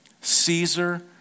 Caesar